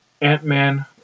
Ant-Man